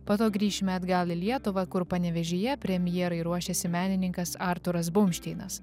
po to grįšime atgal į lietuvą kur panevėžyje premjerai ruošiasi menininkas arturas bumšteinas